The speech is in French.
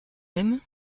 aime